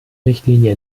richtlinie